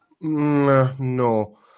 no